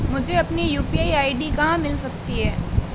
मुझे अपनी UPI ID कहां मिल सकती है?